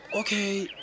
okay